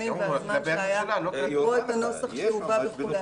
והזמן שהיה לקרוא את הנוסח שהובא וכו'.